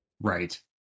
right